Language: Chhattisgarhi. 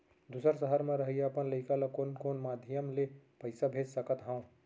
दूसर सहर म रहइया अपन लइका ला कोन कोन माधयम ले पइसा भेज सकत हव?